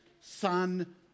son